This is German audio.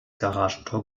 garagentor